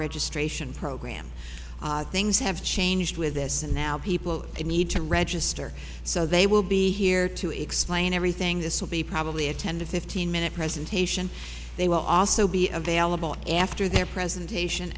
registration program things have changed with this and now people need to register so they will be here to explain everything this will be probably a ten to fifteen minute presentation they will also be available after their presentation